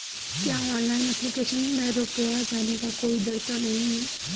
क्या online application में रुपया जाने का कोई डर तो नही है?